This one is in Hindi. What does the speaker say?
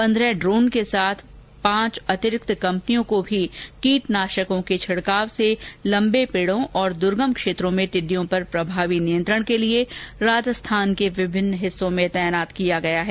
पंद्रह ड्रोन के साथ पांच अतिरिक्त कंपनियों को भी कीटनाशकों के छिडकाव से लंबे पेडों और दुर्गम क्षेत्रों में टिड्डियों पर प्रभावी नियंत्रण के लिए राजस्थान के विभिन्न हिस्सों में तैनात किया गया है